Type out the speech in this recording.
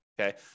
okay